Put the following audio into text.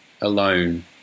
alone